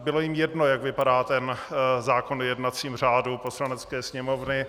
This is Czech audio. Bylo jim jedno, jak vypadá zákon o jednacím řádu Poslanecké sněmovny.